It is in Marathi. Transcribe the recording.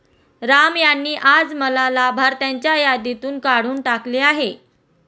राम यांनी आज मला लाभार्थ्यांच्या यादीतून काढून टाकले आहे